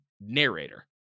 narrator